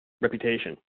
reputation